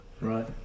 right